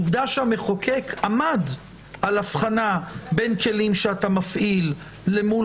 עובדה שהמחוקק עמד על הבחנה בין כלים שאתה מפעיל למול